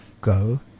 Go